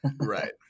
Right